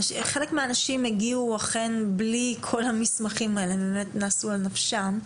חלק מהאנשים הגיעו בלי כל המסמכים האלה כי נסו על נפשם.